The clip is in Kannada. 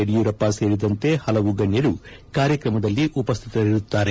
ಯಡಿಯೂರಪ್ಪ ಸೇರಿದಂತೆ ಹಲವು ಗಣ್ಯರು ಕಾರ್ಯಕ್ರಮದಲ್ಲಿ ಉಪಸ್ದಿತರಿರುವರು